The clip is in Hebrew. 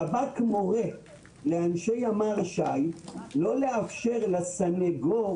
שב"כ מורה לאנשי ימ"ר ש"י לא לאפשר לסניגור